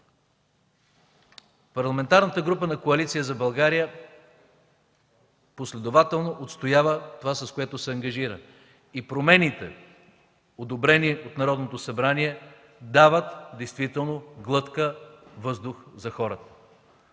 Парламентарната група на Коалиция за България последователно отстоява това, с което се ангажира и промените, одобрени от Народното събрание, дават действително глътка въздух за хората.